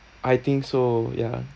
I think so ya